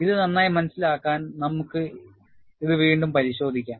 ഇത് നന്നായി മനസിലാക്കാൻ നമുക്ക് ഇത് വീണ്ടും പരിശോധിക്കാം